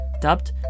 dubbed